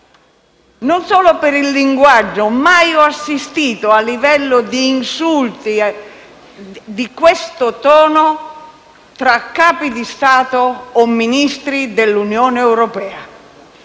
Non solo per il linguaggio: mai ho assistito a un livello di insulti di questo tono tra Capi di Stato o Ministri dell'Unione europea.